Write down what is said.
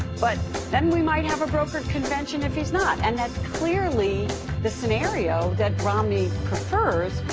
but then we might have a brokered convention if he's not. and that's clearly the scenario that romney prefers,